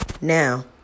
Now